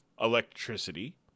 electricity